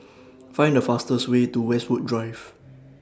Find The fastest Way to Westwood Drive